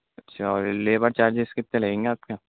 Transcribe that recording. اچھا اور labour charges کتے لگیں گے آپ کے